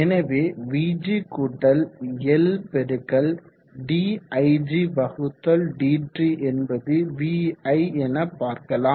எனவே vg L digdt என்பதை vi என பார்க்கலாம்